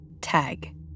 Tag